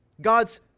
God's